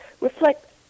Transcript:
reflect